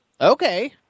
Okay